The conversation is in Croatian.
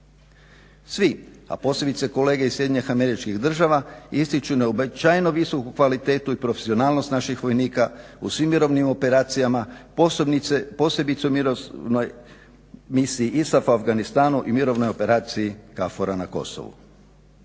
Svi, a posebice kolege iz Sjedinjenih Američkih Država ističu neuobičajeno visoku kvalitetu i profesionalnost naših vojnika u svim mirovnim operacijama posebice u mirovnoj misiji ISAF, Afganistanu i mirovnoj operaciji KFOR-a na Kosovu.